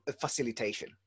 facilitation